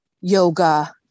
yoga